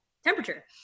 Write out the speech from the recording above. temperature